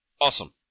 Awesome